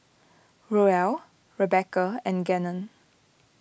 Roel Rebecca and Gannon